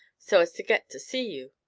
so as to get to see you?